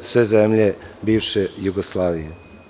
sve zemlje bivše Jugoslavije.